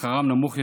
ושכרם נמוך יותר.